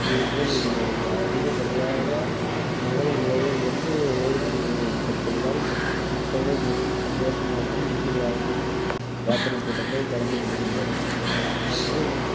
இதுப்போல் அதிகப்படியாக நிகழ்வுகளையில் வந்து ஏற்படு படுத்துவதால் மக்கள்கள் மிகவும் சந்தோஷமாகவும் நிம்மதியாகவும் பிராத்தனைக்கூட்டங்களில் கலந்துக்கொள்கின்றனர் மற்றும்